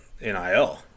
NIL